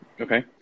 Okay